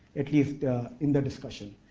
at least in the discussion.